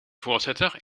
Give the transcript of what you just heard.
voorzitter